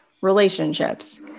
relationships